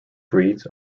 breeds